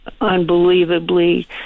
unbelievably